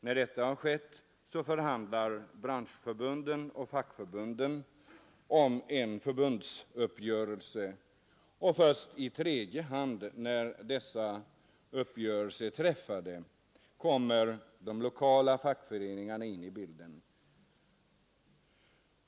När detta har skett förhandlar branschförbunden och fackförbunden om en förbundsuppgörelse, och först i tredje hand, när dessa uppgörelser är träffade, kommer de lokala fackföreningarna in i bilden.